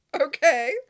Okay